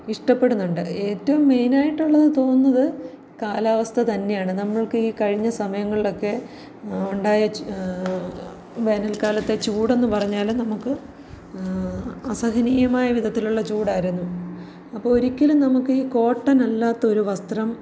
ഇഷ്ടപ്പെടുന്നുണ്ട് ഏറ്റവും മെയിൻ ആയിട്ടുള്ളത് തോന്നുന്നത് കാലാവസ്ഥ തന്നെയാണ് നമുക്ക് ഈ കഴിഞ്ഞ സമയങ്ങളിലൊക്കെ ഉണ്ടായ ച് വേനൽക്കാലത്തെ ചൂടെന്ന് പറഞ്ഞാൽ നമുക്ക് അസഹനീയമായ വിധത്തിലുള്ള ചൂടായിരുന്നു അപ്പോൾ ഒരിക്കലും നമുക്ക് ഈ കോട്ടൺ അല്ലാത്തൊരു വസ്ത്രം